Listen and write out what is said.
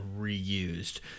reused